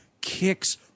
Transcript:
kicks